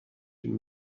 une